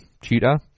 tutor